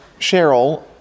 Cheryl